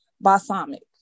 balsamic